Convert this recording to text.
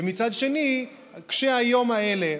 ומצד שני קשי היום האלה,